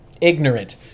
ignorant